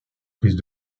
prise